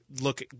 look